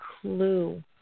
clue